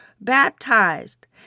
baptized